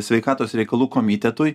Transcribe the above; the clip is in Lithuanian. sveikatos reikalų komitetui